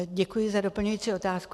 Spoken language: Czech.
Děkuji za doplňující otázku.